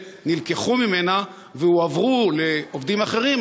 נלקחו ממנה והועברו לעובדים אחרים,